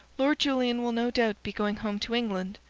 lord julian will no doubt be going home to england.